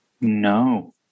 No